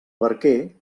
barquer